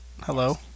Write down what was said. Hello